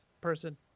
person